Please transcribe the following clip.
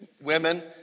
women